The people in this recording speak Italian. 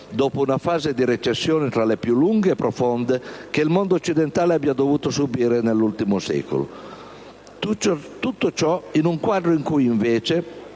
dopo una fase di recessione tra le più lunghe e profonde che il mondo occidentale abbia dovuto subire nell'ultimo secolo. Tutto ciò in quadro in cui, invece,